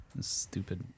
Stupid